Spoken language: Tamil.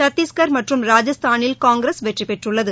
சத்தீஸ்கர் மற்றும் ராஜஸ்தானில் காங்கிரஸ் வெற்றிபெற்றுள்ளது